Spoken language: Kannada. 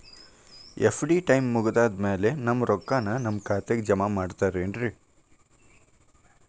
ಎಫ್.ಡಿ ಟೈಮ್ ಮುಗಿದಾದ್ ಮ್ಯಾಲೆ ನಮ್ ರೊಕ್ಕಾನ ನಮ್ ಖಾತೆಗೆ ಜಮಾ ಮಾಡ್ತೇರೆನ್ರಿ?